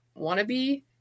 wannabe